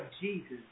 Jesus